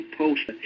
post